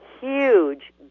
huge